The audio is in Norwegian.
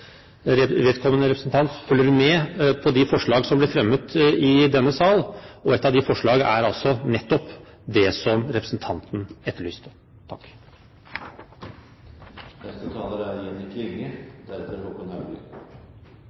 vedkommende representant følger med på de forslag som blir fremmet i denne sal. Ett av de forslagene er altså nettopp det som representanten etterlyste. Hovudmålet med forbrukarpolitikken er